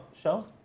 show